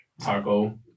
Taco